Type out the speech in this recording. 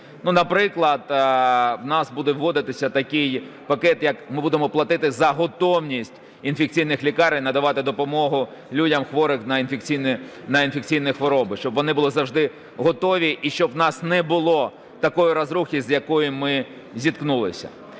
Наприклад, у нас буде вводитися такий пакет як ми будемо платити за готовність інфекційних лікарень надавати допомогу людям, хворих на інфекційні хвороби, щоб вони були завжди готові і щоб у нас не було такої розрухи, з якою ми зіткнулися.